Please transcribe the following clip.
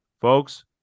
folks